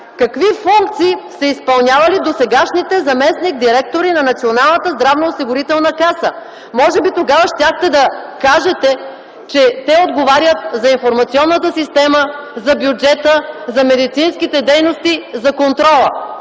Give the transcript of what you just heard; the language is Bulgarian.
какви функции са изпълнявали досегашните заместник-директори на Националната здравноосигурителна каса. Може би тогава щяхте да кажете, че те отговарят за информационната система, за бюджета, за медицинските дейности, за контрола.